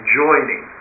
joining